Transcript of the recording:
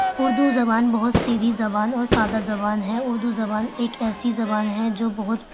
اُردو زبان بہت سیدھی زبان اور سادھا زبان ہے اُردو زبان ایک ایسی زبان ہے جو بہت